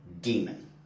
demon